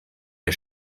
der